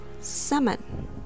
summon